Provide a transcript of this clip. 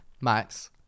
Max